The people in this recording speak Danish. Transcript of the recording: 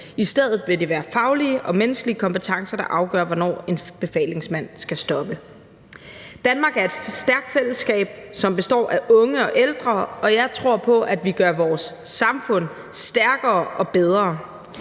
i stedet være faglige og menneskelige kompetencer, der afgør, hvornår en befalingsmand skal stoppe. Danmark er et stærkt fællesskab, som består af unge og ældre, og jeg tror på, at vi gør vores samfund stærkere og bedre